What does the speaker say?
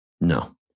No